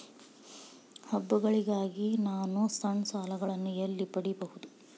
ಹಬ್ಬಗಳಿಗಾಗಿ ನಾನು ಸಣ್ಣ ಸಾಲಗಳನ್ನು ಎಲ್ಲಿ ಪಡೆಯಬಹುದು?